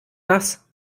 nass